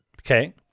Okay